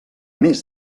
més